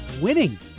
winning